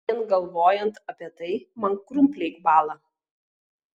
vien galvojant apie tai man krumpliai bąla